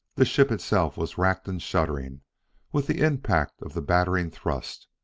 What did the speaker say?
the ship itself was racked and shuddering with the impact of the battering thrust,